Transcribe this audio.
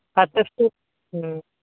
ᱟᱪᱪᱷᱟ ᱥᱟᱨ ᱦᱩᱸ